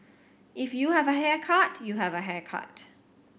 if you have a haircut you have a haircut